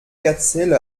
gazelle